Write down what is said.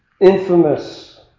infamous